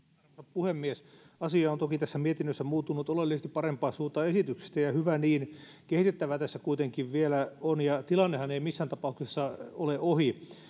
puhemies asia on toki tässä mietinnössä muuttunut oleellisesti parempaan suuntaan esityksestä ja hyvä niin kehitettävää tässä kuitenkin vielä on ja tilannehan ei missään tapauksessa ole ohi